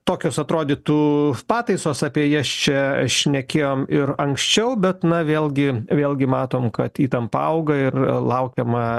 tokios atrodytų pataisos apie jas čia šnekėjom ir anksčiau bet na vėlgi vėlgi matom kad įtampa auga ir laukiama